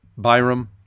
Byram